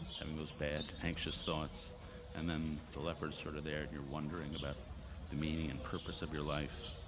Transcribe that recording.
having those bad anxious thoughts and then the leopard's sort of there and you're wondering about the meaning and purpose of your life.